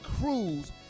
Cruz